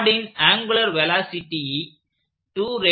ராடின் angular velocity 2 rads